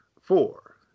four